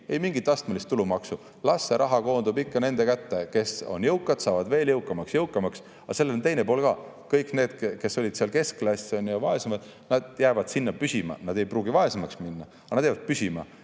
ei mingit astmelist tulumaksu, las see raha koondub nende kätte. Kes on jõukad, saavad veel jõukamaks, aga sellel on teine pool ka: kõik need, kes on keskklassis ja vaesemad, jäävad sinna püsima. Nad ei pruugi vaesemaks [jääda], aga nad jäävad püsima.